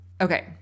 Okay